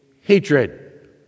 hatred